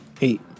Eight